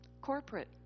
Corporate